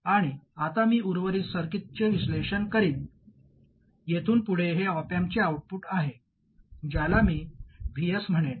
आणि आता मी उर्वरित सर्किटचे विश्लेषण करीन येथून पुढे हे ऑप अँपचे आउटपुट आहे ज्याला मी Vs म्हणेन